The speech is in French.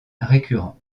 récurrent